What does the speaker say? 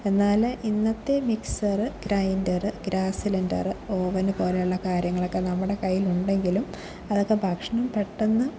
എന്നാൽ ഇന്നത്തെ mixer grinder gas cylinder oven പോലെയുള്ള കാര്യങ്ങളൊക്കെ നമ്മുടെ കയ്യിലുണ്ടെങ്കിലും അതൊക്കെ ഭക്ഷണം പെട്ടെന്ന്